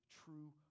true